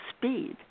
speed